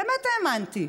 באמת האמנתי.